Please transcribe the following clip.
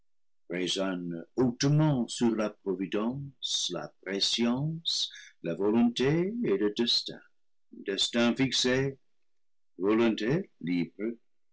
hautement sur la providence la prescience la volonté et le des tin destin fixé volonté libre